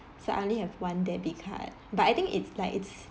so I only have one debit card but I think it's like it's